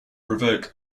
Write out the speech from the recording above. provoke